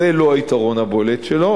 זה לא היתרון הבולט שלו.